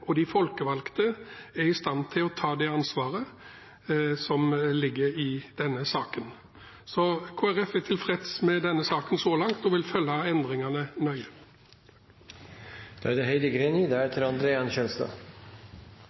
og de folkevalgte er i stand til å ta det ansvaret. Kristelig Folkeparti er tilfreds med denne saken så langt og vil følge endringene nøye. Senterpartiet vil bygge samfunnet nedenfra. Beslutninger blir best nå de tas nært den det